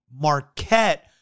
Marquette